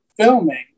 filming